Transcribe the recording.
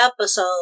episode